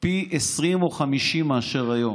פי 20 או 50 יותר מהיום,